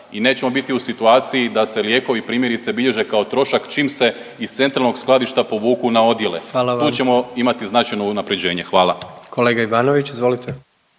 i nećemo biti u situaciji da se lijekovi primjerice bilježe kao trošak čim se iz Centralnog skladišta povuku na odjele. …/Upadica predsjednik: Hvala